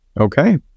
Okay